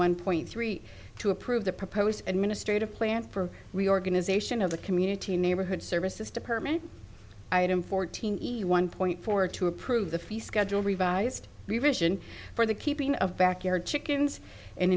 one point three to approve the proposed administrative plan for reorganization of the community neighborhood services department item fourteen one point four to approve the fee schedule revised revision for the keeping of backyard chickens an